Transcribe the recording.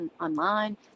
online